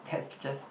that's just